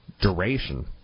duration